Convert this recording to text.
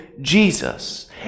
Jesus